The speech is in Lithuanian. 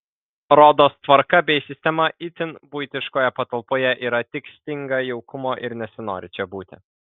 rodos tvarka bei sistema itin buitiškoje patalpoje yra tik stinga jaukumo ir nesinori čia būti